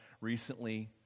recently